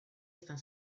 están